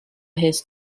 his